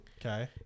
okay